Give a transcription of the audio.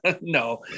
No